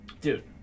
Dude